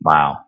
Wow